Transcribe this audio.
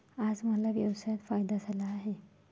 आज मला व्यवसायात फायदा झाला आहे